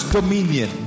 Dominion